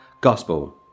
gospel